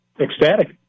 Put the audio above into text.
Ecstatic